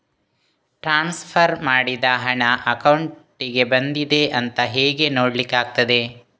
Transfer ಮಾಡಿದ ಹಣ ಅಕೌಂಟಿಗೆ ಬಂದಿದೆ ಅಂತ ಹೇಗೆ ನೋಡ್ಲಿಕ್ಕೆ ಆಗ್ತದೆ?